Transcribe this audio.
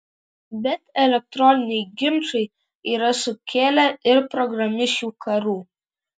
bet elektroniniai ginčai yra sukėlę ir programišių karų